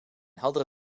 heldere